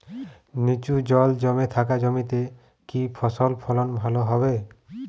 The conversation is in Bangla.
নিচু জল জমে থাকা জমিতে কি ফসল ফলন ভালো হবে?